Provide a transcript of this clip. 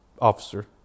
officer